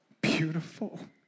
beautiful